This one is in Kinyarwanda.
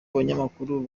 abanyamakuru